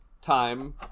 Time